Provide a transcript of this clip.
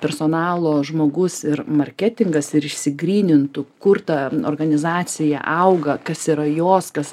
personalo žmogus ir marketingas ir išsigrynintų kur ta organizacija auga kas yra jos kas